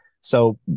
So-